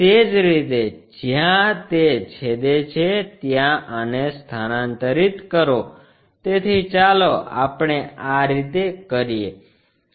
તે જ રીતે જ્યાં તે છેદે છે ત્યાં આને સ્થાનાંતરિત કરો તેથી ચાલો આપણે આ રીતે કરીએ